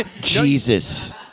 Jesus